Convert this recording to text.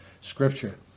Scripture